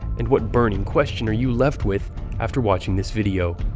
and what burning question are you left with after watching this video?